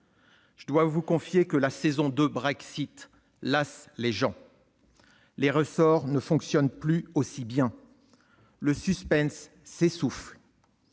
Je dois vous confier que la saison 2 lasse les gens. Les ressorts ne fonctionnent plus aussi bien. Le suspense s'essouffle.